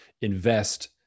invest